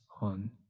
on